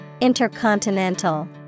Intercontinental